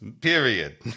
period